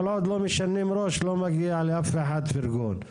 כל עוד לא משנים ראש לא מגיע לאף אחד פרגון.